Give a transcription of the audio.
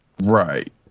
Right